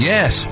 Yes